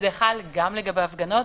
זה חל גם לגבי ההפגנות,